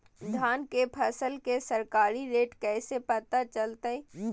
धान के फसल के सरकारी रेट कैसे पता चलताय?